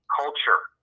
culture